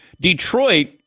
Detroit